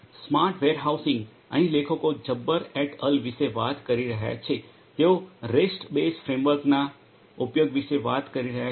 smart warehousing અહીં લેખકો Jabbar et al વિશે વાત કરી રહ્યા છે તેઓ રેસ્ટ બેઝ્ડ ફ્રેમવર્કના ઉપયોગ વિશે વાત કરી રહ્યા છે